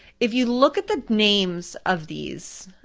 if you look at the names of these,